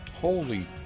Holy